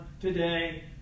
today